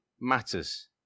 matters